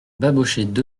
babochet